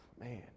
man